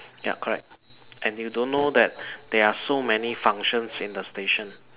ya correct and you don't know that there are so many functions in the station